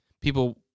people